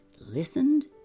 listened